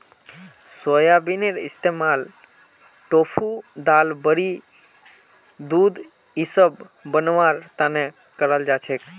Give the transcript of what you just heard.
सोयाबीनेर इस्तमाल टोफू दाल बड़ी दूध इसब बनव्वार तने कराल जा छेक